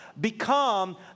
become